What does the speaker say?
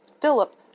Philip—